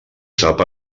sap